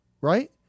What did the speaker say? right